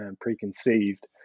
preconceived